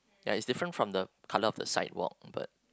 ya it's different from the colour of the sign board but